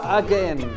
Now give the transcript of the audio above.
again